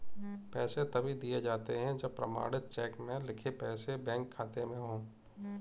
पैसे तभी दिए जाते है जब प्रमाणित चेक में लिखे पैसे बैंक खाते में हो